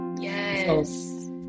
yes